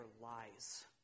Lies